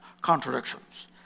contradictions